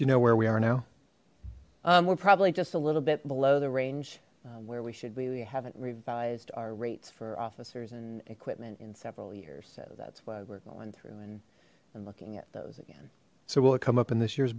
you know where we are now we're probably just a little bit below the range where we should we we haven't revised our rates for officers and equipment in several years so that's why we're going through and looking at those again so will it come up in this year